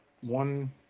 One